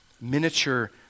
miniature